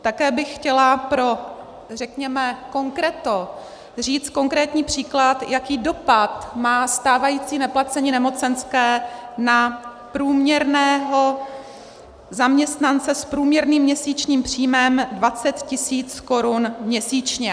Také bych chtěla pro, řekněme, konkreto říct konkrétní příklad, jaký dopad má stávající neplacení nemocenské na průměrného zaměstnance s průměrným měsíčním příjmem 20 000 korun měsíčně.